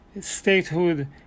statehood